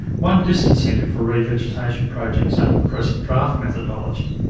one disincentive for re-vegetation projects under the present draft methodology,